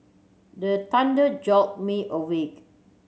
the thunder jolt me awake